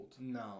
No